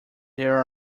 there